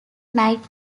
night